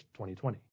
2020